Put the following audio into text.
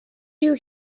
you